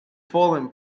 fallen